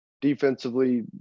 defensively